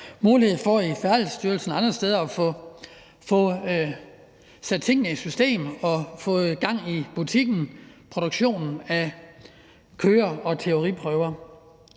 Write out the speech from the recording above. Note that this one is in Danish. mulighed for i Færdselsstyrelsen og andre steder at få sat tingene i system og få gang i butikken med at afholde køre- og teoriprøver.